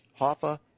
Hoffa